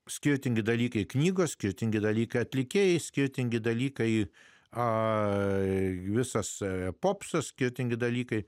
skirtingi dalykai knygos skirtingi dalykai atlikėjai skirtingi dalykai a visą save popsas skirtingi dalykai